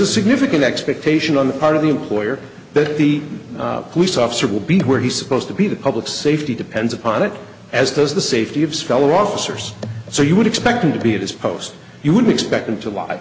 a significant expectation on the part of the employer that the police officer will be where he supposed to be the public safety depends upon it as does the safety of sculler officers so you would expect him to be at his post you would expect him to lie